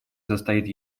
состоит